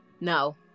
No